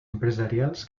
empresarials